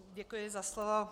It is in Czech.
Děkuji za slovo.